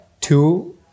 two